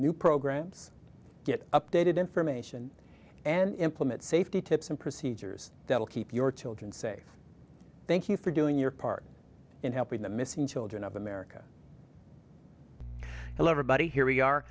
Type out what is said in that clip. new programs get updated information and implement safety tips and procedures that will keep your children safe thank you for doing your part in helping the missing children of america eleven but here we are